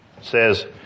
says